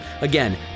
Again